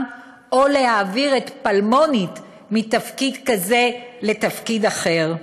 או להעביר את פלמונית מתפקיד כזה לתפקיד אחר.